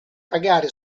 pagare